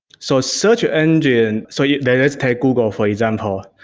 so, search ah engine so you know let's take google for example.